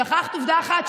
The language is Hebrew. שכחת עובדה אחת,